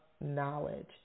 knowledge